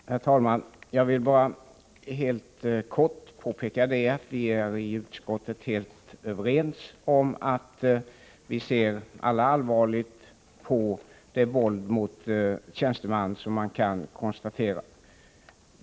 Herr ta.man! Jag vill bara helt kort påpeka att vi i utskottet är helt överens om att vi alla ser allvarligt på det våld mot tjänsteman som kan konstateras.